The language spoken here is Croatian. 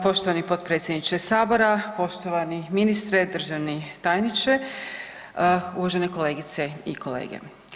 Poštovani potpredsjedniče Sabora, poštovani ministre, državni tajniče, uvažene kolegice i kolege.